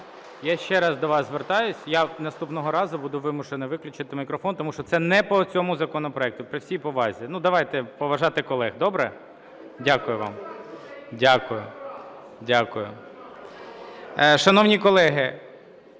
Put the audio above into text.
я ще раз до вас звертаюся. Я наступного разу буду вимушений виключити мікрофон, тому що це не по цьому законопроекту, при всій повазі. Ну, давайте поважати колег. Добре? Дякую вам. (Шум у залі) Дякую. Шановні колеги,